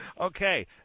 Okay